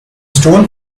stone